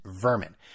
Vermin